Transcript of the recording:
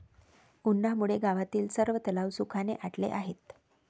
उन्हामुळे गावातील सर्व तलाव सुखाने आटले आहेत